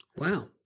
Wow